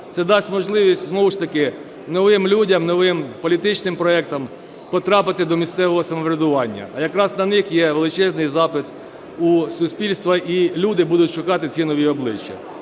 Це дасть можливість знову ж таки новим людям, новим політичним проектам потрапити до місцевого самоврядування, а якраз на них є величезний запит у суспільства і люди будуть шукати ці нові обличчя.